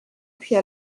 puis